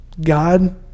God